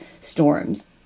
storms